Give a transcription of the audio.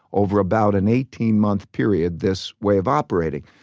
over about an eighteen month period, this way of operating.